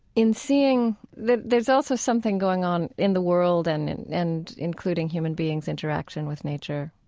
in seeing that there's also something going on in the world, and and and including human beings' interaction with nature